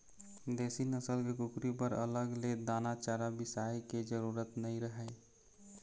देसी नसल के कुकरी बर अलग ले दाना चारा बिसाए के जरूरत नइ रहय